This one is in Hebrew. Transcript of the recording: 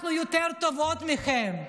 אנחנו יותר טובות מכם,